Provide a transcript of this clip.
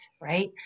right